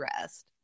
rest